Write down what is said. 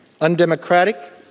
undemocratic